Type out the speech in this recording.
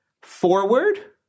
forward